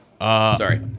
sorry